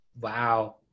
Wow